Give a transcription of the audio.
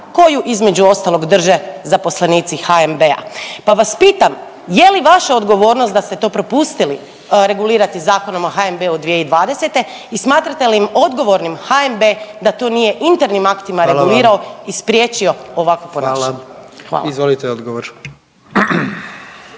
koju između ostalog drže zaposlenici HNB-a. Pa vas pitam, je li vaša odgovornost da ste to propustili regulirati Zakonom o HNB-u 2020. i smatrate li odgovornim HNB da to nije internim aktima regulirao …/Upadica predsjednik: Hvala vam./… i